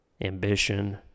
ambition